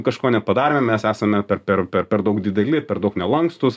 kažko nepadarėme mes esame per per per per daug dideli per daug nelankstūs